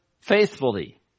faithfully